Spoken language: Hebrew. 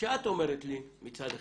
כשאת אומרת לי מצד אחד,